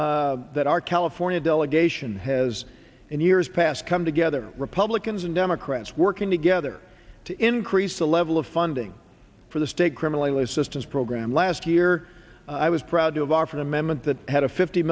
that our california delegation has in years past come together republicans and democrats working together to increase the level of funding for the state criminal assistance program last year i was proud to have offered amendments that had a fifty